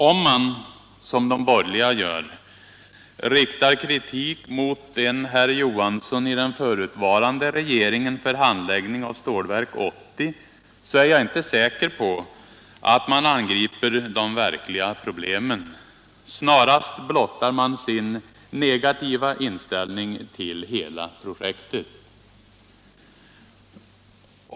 Om man, som de borgerliga gör, riktar kritik mot en herr Johansson i den förutvarande regeringen för handläggningen av Stålverk 80, är jag inte säker på att man angriper de verkliga problemen. Snarast blottar man sin negativa inställning till hela projektet.